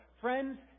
Friends